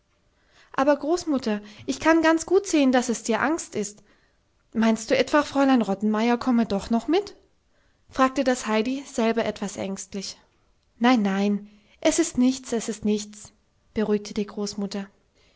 aber großmutter ich kann ganz gut sehen daß es dir angst ist meinst du etwa fräulein rottenmeier komme doch noch mit fragte das heidi selber etwas ängstlich nein nein es ist nichts es ist nichts beruhigte die großmutter